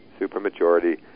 supermajority